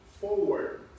forward